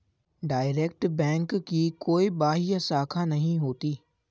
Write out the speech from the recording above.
direct bank की कोई बाह्य शाखा नहीं होती